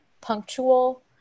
punctual